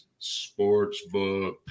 Sportsbook